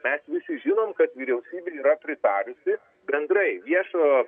mes visi žinom kad vyriausybė yra pritarusi bendrai viešojo